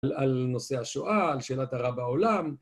‫על נושא השואה, על שאלת הרע העולם.